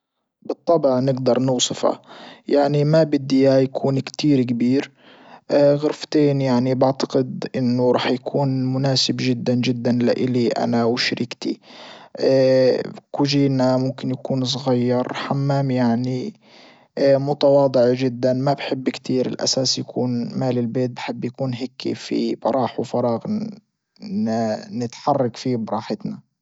بالطبع نجدر نوصفه يعني ما بدي اياه يكون كتير كبير غرفتين يعني بعتقد انه رح يكون مناسب جدا جدا لالي انا وشريكتي كوجينا ممكن يكون صغير حمام يعني متواضع جدا. ما بحب كتير الاساس يكون مالي البيت بحب يكون هيكي في براح وفراغ نتحرك فيه براحتنا.